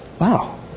Wow